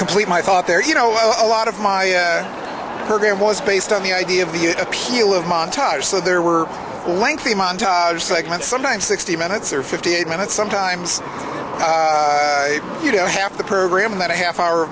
complete my thought there you know a lot of my program was based on the idea of the appeal of montage so there were lengthy montage segments sometimes sixty minutes or fifty eight minutes sometimes you know half the program that a half hour